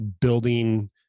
building